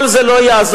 כל זה לא יעזור,